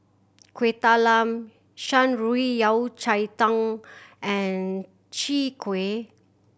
Kueh Talam Shan Rui Yao Cai Tang and Chwee Kueh